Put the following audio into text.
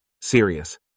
Serious